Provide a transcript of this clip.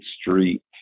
street